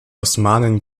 osmanen